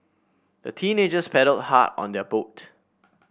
the teenagers paddled hard on their boat